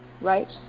right